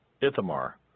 Ithamar